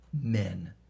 men